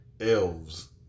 Elves